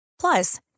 Plus